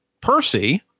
Percy